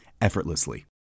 effortlessly